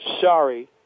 sorry